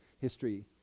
history